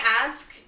ask